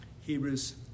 Hebrews